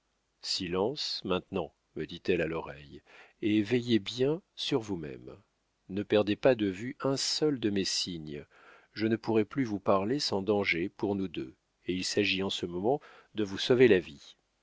silence maintenant me dit-elle à l'oreille et veillez bien sur vous-même ne perdez pas de vue un seul de mes signes je ne pourrai plus vous parler sans danger pour nous deux et il s'agit en ce moment de vous sauver la vie